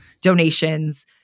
donations